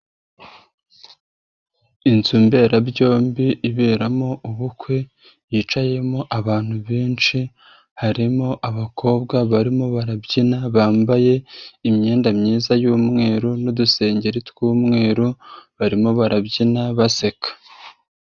Inzu mberabyombi iberamo ubukwe yicayemo abantu benshi, harimo abakobwa barimo barabyina bambaye imyenda myiza y'umweru n'udusengeri tw'umweru barimo barabyina baseka.